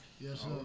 Yes